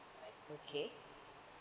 okay